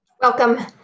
Welcome